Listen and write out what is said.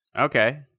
Okay